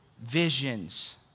Visions